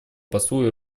послу